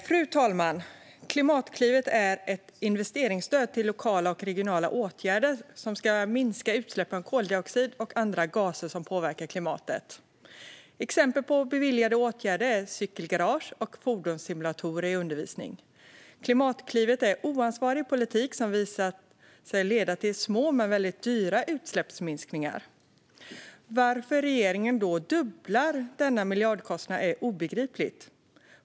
Fru talman! Klimatklivet är ett investeringsstöd till lokala och regionala åtgärder som ska minska utsläppen av koldioxid och andra gaser som påverkar klimatet. Exempel på beviljade åtgärder är cykelgarage och fordonssimulatorer i undervisning. Klimatklivet är oansvarig politik som har visat sig leda till små men väldigt dyra utsläppsminskningar. Att regeringen då dubblar denna miljardkostnad är obegripligt.